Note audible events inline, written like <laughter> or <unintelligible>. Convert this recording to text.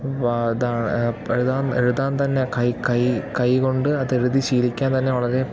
<unintelligible> ഇതാണ് എഴുതാൻ എഴുതാൻ തന്നെ കൈ കൈ കൈ കൊണ്ട് അതെഴുതി ശീലിക്കാൻ തന്നെ വളരെ